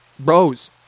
bros